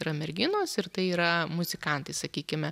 yra merginos ir tai yra muzikantai sakykime